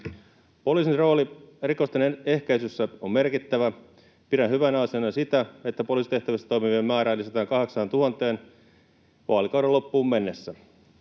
Poliisin rooli rikosten ehkäisyssä on merkittävä. Pidän hyvänä asiana sitä, että poliisitehtävissä toimivien määrää lisätään 8 000:een vaalikauden loppuun mennessä.